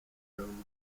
known